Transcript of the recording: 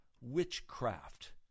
witchcraft